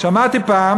שמעתי פעם